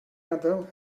adael